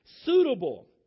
suitable